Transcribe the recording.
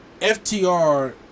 FTR